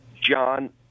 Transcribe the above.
John